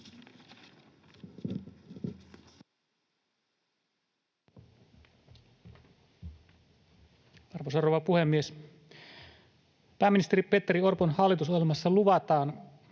Arvoisa rouva puhemies! Pääministeri Petteri Orpon hallitusohjelmassa luvataan,